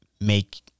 make